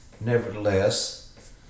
nevertheless